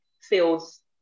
feels